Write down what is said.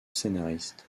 scénariste